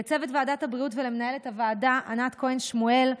לצוות ועדת הבריאות ולמנהלת הוועדה ענת כהן שמואל,